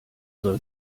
soll